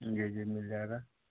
जी जी मिल जाएगा